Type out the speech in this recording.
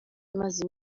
maze